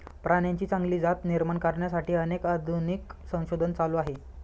प्राण्यांची चांगली जात निर्माण करण्यासाठी अनेक आधुनिक संशोधन चालू आहे